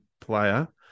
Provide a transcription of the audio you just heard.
player